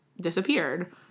disappeared